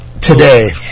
today